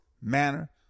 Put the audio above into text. manner